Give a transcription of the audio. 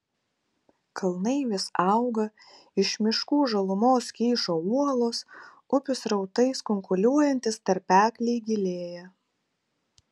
kalnai vis auga iš miškų žalumos kyšo uolos upių srautais kunkuliuojantys tarpekliai gilėja